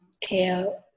care